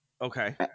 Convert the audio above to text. Okay